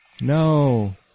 No